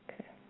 Okay